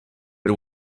but